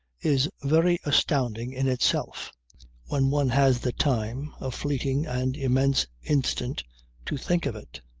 is very astounding in itself when one has the time, a fleeting and immense instant to think of it.